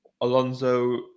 Alonso